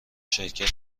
شرکت